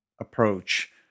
approach